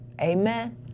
Amen